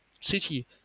city